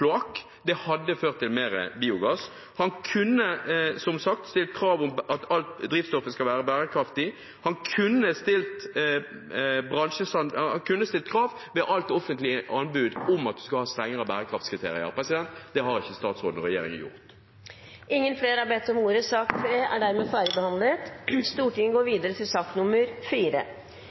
Det hadde ført til mer biogass. Han kunne, som sagt, stilt krav om at alt drivstoff skal være bærekraftig. Han kunne stilt krav om at man ved alle offentlige anbud skal ha strengere bærekraftskriterier. Det har statsråden og regjeringen ikke gjort. Flere har ikke bedt om ordet til sak nr. 3. Etter ønske fra kirke-, utdannings- og forskningskomiteen vil presidenten foreslå at taletiden blir begrenset til